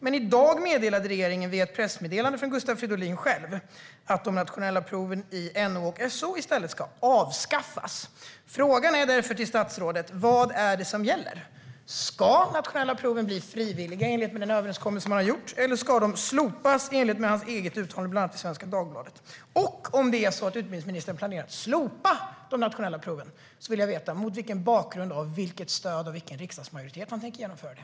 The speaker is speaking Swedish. Men i dag meddelade regeringen i ett pressmeddelande från Gustav Fridolin själv att de nationella proven i NO och SO i stället ska avskaffas. Frågan till statsrådet är därför: Vad är det som gäller? Ska de nationella proven bli frivilliga i enlighet med den överenskommelse som man har gjort, eller ska de slopas i enlighet med hans eget uttalande bland annat i Svenska Dagbladet? Om utbildningsministern planerar att slopa de nationella proven vill jag veta mot vilken bakgrund, med vilket stöd och med vilken riksdagsmajoritet han tänker genomföra det?